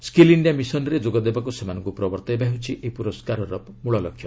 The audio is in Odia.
ସ୍କିଲ୍ ଇଷ୍ଡିଆ ମିଶନ୍ରେ ଯୋଗ ଦେବାକୁ ସେମାନଙ୍କୁ ପ୍ରବର୍ତ୍ତାଇବା ହେଉଛି ଏହି ପୁରସ୍କାରର ମ୍ବଳଲକ୍ଷ୍ୟ